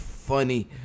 Funny